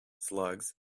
slugs